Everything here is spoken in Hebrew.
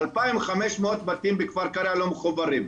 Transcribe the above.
2,500 בתים בכפר קרע לא מחוברים,